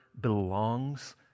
belongs